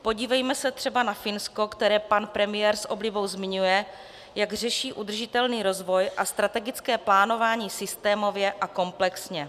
Podívejme se třeba na Finsko, které pan premiér s oblibou zmiňuje, jak řeší udržitelný rozvoj a strategické plánování systémově a komplexně.